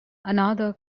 another